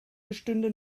bestünde